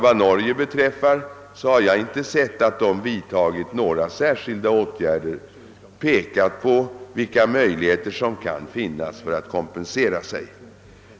Vad Norge beträffar har jag inte ob Serverat att man där vidtagit några särskilda åtgärder eller pekat på vilka möjligheter som kan finnas för en kompen Sation.